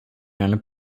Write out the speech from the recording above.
and